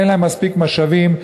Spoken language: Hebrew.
אין להן מספיק משאבים,